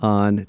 on